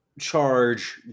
charge